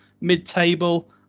Mid-table